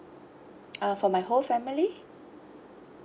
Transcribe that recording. uh for my whole family